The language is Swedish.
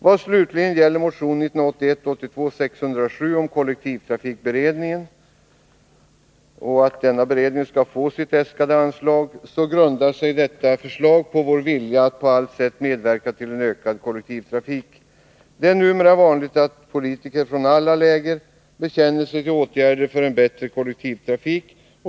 Vad slutligen gäller motion 1981/82:607 om att kollektivtrafikberedningen skall få sitt äskade anslag, grundar sig detta på vår vilja att på allt sätt medverka till en ökad kollektivtrafik. Det är numera vanligt att politiker från alla läger bekänner sig till åtgärder för en bättre kollektivtrafik.